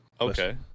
Okay